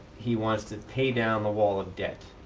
he wants to pay down the wall of debt.